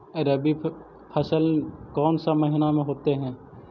रवि फसल कौन सा मौसम में होते हैं?